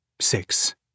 six